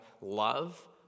love